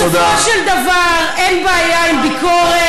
בסופו של דבר, אין בעיה עם ביקורת.